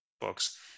books